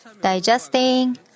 digesting